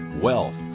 wealth